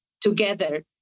together